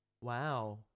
Wow